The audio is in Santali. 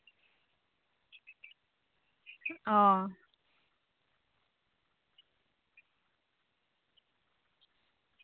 ᱚ